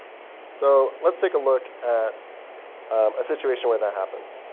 so let's take a look at a situation where that happens.